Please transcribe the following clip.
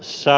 ässä